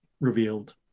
revealed